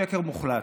שקר מוחלט.